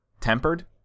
Tempered